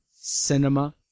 Cinema